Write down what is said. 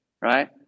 right